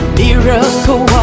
miracle